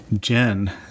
Jen